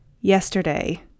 yesterday